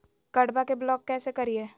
कार्डबा के ब्लॉक कैसे करिए?